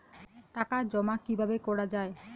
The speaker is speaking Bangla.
টাকা জমা কিভাবে করা য়ায়?